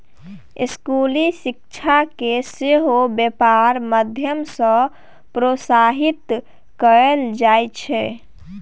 स्कूली शिक्षाकेँ सेहो बेपारक माध्यम सँ प्रोत्साहित कएल जाइत छै